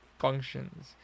functions